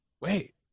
wait